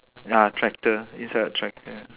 ah tractor inside a tractor